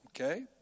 Okay